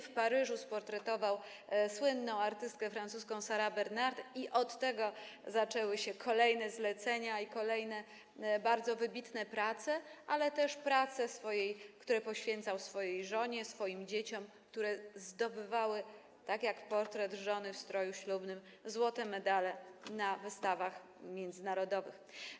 W Paryżu sportretował słynną artystkę francuską Sarah Bernhardt i od tego zaczęły się kolejne zlecenia i kolejne bardzo wybitne prace, ale też prace, które poświęcał swojej żonie, swoim dzieciom, które zdobywały, tak jak portret żony w stroju ślubnym, złote medale na wystawach międzynarodowych.